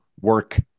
work